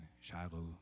Shiloh